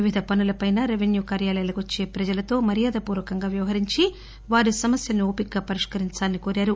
వివిధ పనులపై రెవెన్యూ కార్యాయాలకు వచ్చే ప్రజలతో మర్యాద పూర్పకంగా వ్యవహరించి వారి సమస్యలను ఓపికగా పరిష్కరించాలని కోరారు